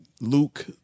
Luke